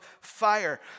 fire